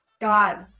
God